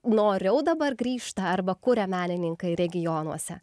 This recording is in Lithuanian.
noriau dabar grįžta arba kuria menininkai regionuose